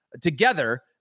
together